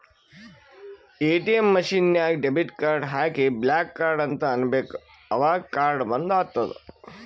ATM machine ನಾಗ್ debit card ಹಾಕಿ block card ಅಂತ್ ಅನ್ಬೇಕ ಅವಗ್ ಕಾರ್ಡ ಬಂದ್ ಆತ್ತುದ್